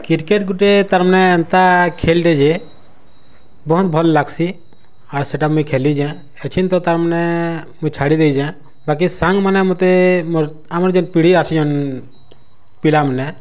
cricket ଗୁଟେ ତାର୍ ମାନେ ଏନ୍ତା ଖେଲ୍ଟେ ଯେ ବହୁତ ଭଲ୍ ଲାଗ୍ସି ଆଉ ସେଇଟା ମୁଇଁ ଖେଲିଛେ ହେଇ ତାର୍ ମାନେ ମୁଇଁ ଛାଡ଼ି ଦେଇଛେ ବାକି ସାଙ୍ଗ ମାନେ ମୋତେ ମୋର୍ ଆମର୍ ଯେନ୍ ପିଢ଼ି ଆସିଛନ୍ ପିଲାମାନେ